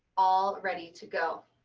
all ready to go.